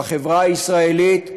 בחברה הישראלית,